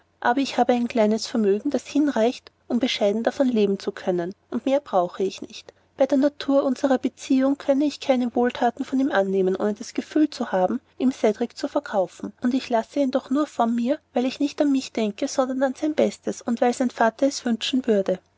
aber ich habe ein kleines vermögen das hinreicht um bescheiden davon leben zu können und mehr brauche ich nicht bei der natur unsrer beziehungen könnte ich keine wohlthaten von ihm annehmen ohne das gefühl zu haben ihm cedrik zu verkaufen und ich lasse ihn doch nur von mir weil ich nicht an mich denke sondern an sein bestes und weil sein vater es wünschen würde